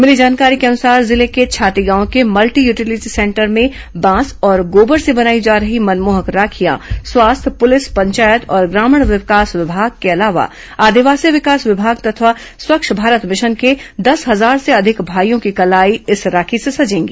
मिली जानकारी के अनुसार जिले के छाती गांव के मल्टी यूटिलिटी सेंटर में बांस और गोबर से बनाई जा रही मनमोहक राखियां स्वास्थ्य पुलिस पंचायत और ग्रामीण विकास विभाग के अलावा आदिवासी विकास विभाग तथा स्वच्छ भारत मिशन के दस हजार से अधिक भाइयों की कलाई इस राखी से सजेंगी